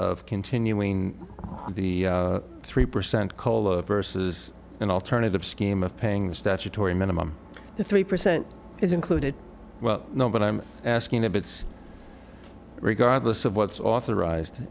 of continuing the three percent cola versus an alternative scheme of paying the statutory minimum the three percent is included well no but i'm asking that it's regardless of what's authorized